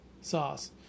sauce